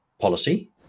policy